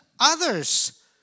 others